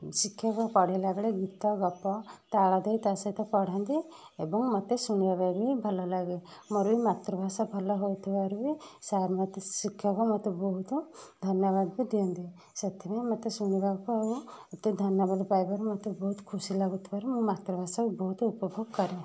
ଶିକ୍ଷକ ପଢ଼େଇଲା ବେଳେ ଗୀତ ଗପ ତାଳ ଦେଇ ତା ସହିତ ପଢ଼ାନ୍ତି ଏବଂ ମୋତେ ଶୁଣିବାପାଇଁ ବି ଭଲଲାଗେ ମୋର ବି ମାତୃଭାଷା ଭଲ ହୋଉଥିବାରୁ ବି ସାର୍ ମୋତେ ଶିକ୍ଷକ ମୋତେ ବହୁତ ଧନ୍ୟବାଦ ବି ଦିଅନ୍ତି ସେଥିପାଇଁ ମୋତେ ଶୁଣିବାକୁ ଆଉ ମୋତେ ଏତେ ଧନ୍ୟବାଦ ପାଇବାରେ ମୋତେ ବହୁତ ଖୁସି ଲାଗୁଥିବାରୁ ମୁଁ ମାତୃଭାଷାକୁ ବହୁତ ଉପଭୋଗ କରେ